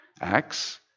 Acts